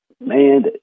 Man